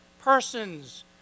persons